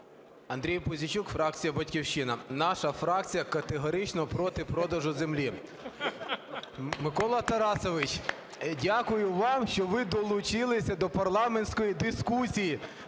Андрій Пузійчук, фракція "Батьківщина". Наша фракція категорично проти продажу землі. Микола Тарасович, дякую вам, що ви долучилися до парламентської дискусії.